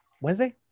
Wednesday